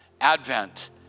Advent